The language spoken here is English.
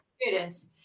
students